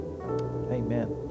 Amen